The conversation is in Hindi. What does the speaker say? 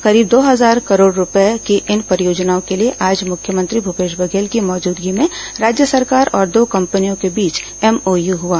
करीब दो हजार करोड़ रूपए की इन परियोजनाओं के लिए आज मुख्यमंत्री भूपेश बघेल की मौजूदगी में राज्य सरकार और दो कंपनियों के बीच एमओयू हुआ